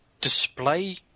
display